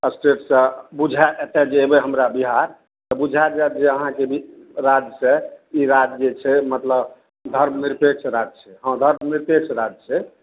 स्टेटसँ बुझय एतऽ जे एबय हमरा बिहार तऽ बुझा जायत जे अहाँके राज्यसँ ई राज्य जे छै मतलब धर्म निरपेक्ष राज्य छै हँ धर्म निरपेक्ष राज्य छै